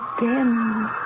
Again